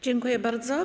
Dziękuję bardzo.